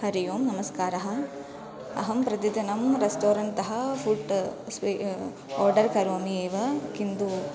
हरिः ओम् नमस्कारः अहं प्रतिदिनं रेस्टोरेण्ट् तः फ़ुड् स्वी आर्डर् करोमि एव किन्तु